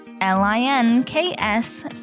l-i-n-k-s